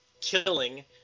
killing